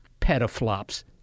petaflops